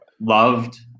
loved